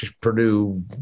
Purdue